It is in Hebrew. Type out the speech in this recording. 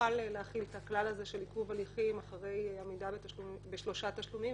נוכל להחיל את הכלל הזה של עיכוב הליכים אחרי עמידה בשלושה תשלומים,